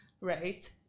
Right